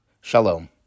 Shalom